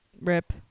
Rip